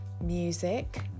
music